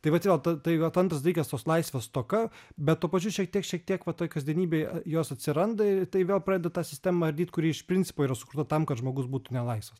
tai vat vėl ta tai vat antras dalykas tos laisvės stoka bet tuo pačiu šiek tiek šiek tiek va toj kasdienybėj jos atsiranda ir tai vėl pradeda tą sistemą ardyt kuri iš principo yra sukurta tam kad žmogus būtų nelaisvas